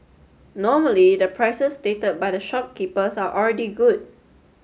normally the prices stated by the shopkeepers are already good